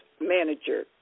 manager